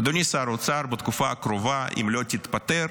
אדוני שר האוצר, בתקופה הקרובה, אם לא תתפטר,